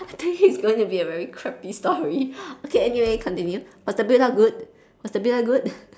I think it's going to be a very crappy story okay anyway continue was the build up good was the build up good